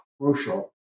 crucial